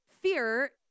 fear